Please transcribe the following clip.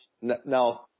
Now